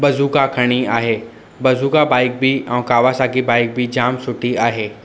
bazooka खणणी आहे bazooka bike बि ऐं कावासाकी बाइक बि जाम सुठी आहे